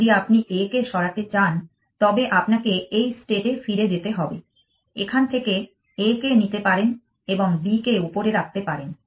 যদি আপনি a কে সরাতে চান তবে আপনাকে এই state এ ফিরে যেতে হবে এখান থেকে a কে নিতে পারেন এবং b এর উপরে রাখতে পারেন